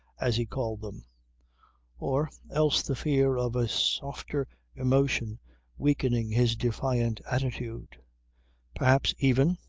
as he called them or else the fear of a softer emotion weakening his defiant attitude perhaps, even,